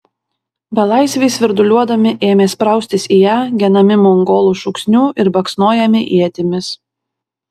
belaisviai svirduliuodami ėmė spraustis į ją genami mongolų šūksnių ir baksnojami ietimis